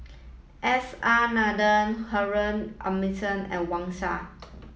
S R Nathan Harun and Wang Sha